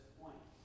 point